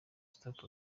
stop